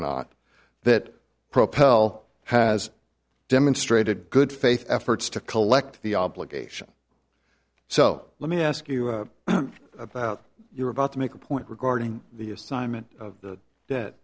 not that propel has demonstrated good faith efforts to collect the obligation so let me ask you about your about to make a point regarding the assignment of the debt